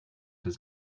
does